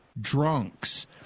drunks